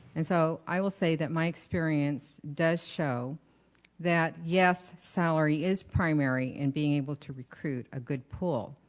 and so, i will say that my experience does show that yes, salary is primary in being able to recruit a good pool.